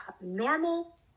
normal